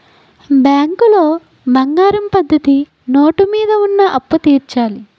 బ్యాంకులో బంగారం పద్ధతి నోటు మీద ఉన్న అప్పు తీర్చాలి